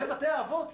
זה בתי האבות.